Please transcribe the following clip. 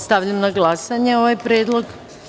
Stavljam na glasanje ovaj predlog.